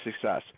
success